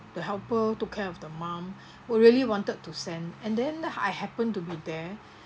the helper to care of the mum who really wanted to send and then I happen to be there